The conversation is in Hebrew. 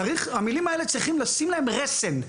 למילים האלה צריך לשים להן רסן,